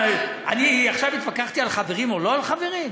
מה, אני עכשיו התווכחתי על חברים או לא חברים?